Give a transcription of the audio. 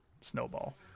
snowball